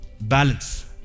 Balance